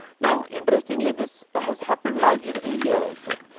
now, interestingly this has happened largely with india also,